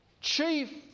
chief